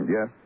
Yes